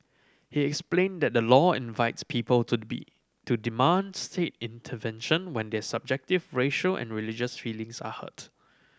he explained that the law invites people to be to demand state intervention when their subjective racial and religious feelings are hurt